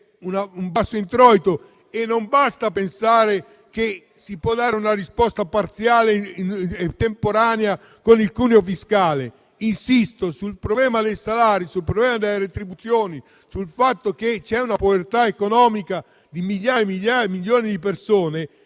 un basso introito. Non basta pensare che si può dare una risposta parziale e temporanea con il cuneo fiscale. Io insisto sul problema dei salari, sul problema delle retribuzioni, sul fatto che c’è una povertà economica di migliaia, milioni di persone,